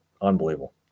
unbelievable